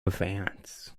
advance